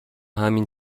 همین